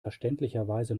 verständlicherweise